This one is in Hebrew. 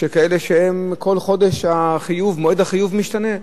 כאלה שכל חודש מועד החיוב משתנה,